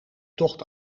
tocht